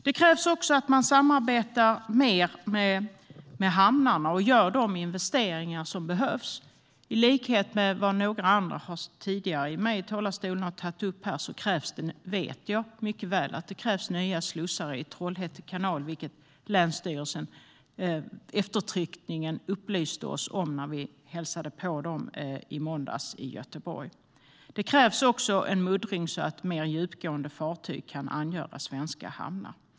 Det krävs också att man samarbetar mer med hamnarna och gör de investeringar som behövs. Som tidigare talare tagit upp här krävs det - jag vet detta mycket väl - nya slussar i Trollhätte kanal, vilket länsstyrelsen eftertryckligen upplyste oss om när vi hälsade på dem i måndags i Göteborg. Det krävs också muddring, så att mer djupgående fartyg kan angöra svenska hamnar.